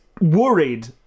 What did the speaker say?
worried